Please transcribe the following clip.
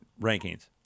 rankings